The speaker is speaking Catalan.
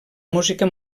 música